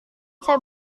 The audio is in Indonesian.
saya